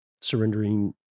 surrendering